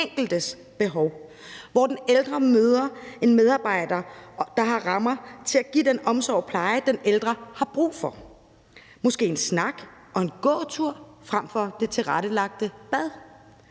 enkeltes behov, hvor den ældre møder en medarbejder, der har rammer til at give den omsorg og pleje, den ældre har brug for. Det er måske en snak og en gåtur frem for det tilrettelagte bad.